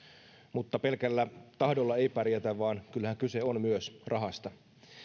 mutta pelkällä tahdolla ei pärjätä vaan kyllähän kyse on myös rahasta